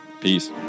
peace